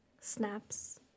Snaps